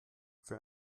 für